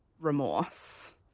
remorse